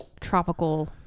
tropical